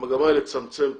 המגמה היא לצמצם תאגידים.